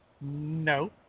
No